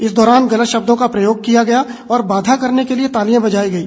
इस दौरान गलत शब्दों का प्रयोग किया गया और बाधा करने के लिए तालियां बजाई गई